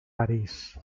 parís